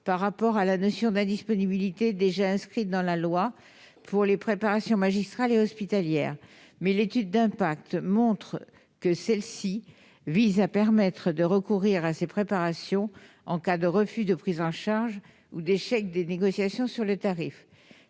par rapport à la notion d'« indisponibilité » déjà inscrite dans la loi pour les préparations magistrales et hospitalières. Cependant, l'étude d'impact montre que cette précision vise à permettre de recourir à ces préparations en cas de refus de prise en charge ou d'échec des négociations sur le tarif.